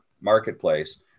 Marketplace